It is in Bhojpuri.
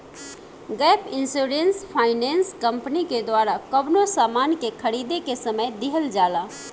गैप इंश्योरेंस फाइनेंस कंपनी के द्वारा कवनो सामान के खरीदें के समय दीहल जाला